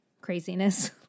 craziness